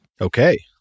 Okay